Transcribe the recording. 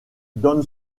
donne